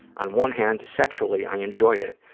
on one hand, sexually i enjoyed it.